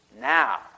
Now